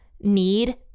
need